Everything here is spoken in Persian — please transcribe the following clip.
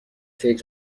فکر